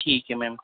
ٹھیک ہے میم